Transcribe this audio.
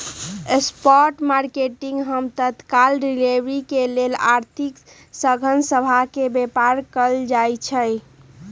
spot market हम तत्काल delivery के लेल आर्थिक साधन सभ के व्यापार कयल जाइ छइ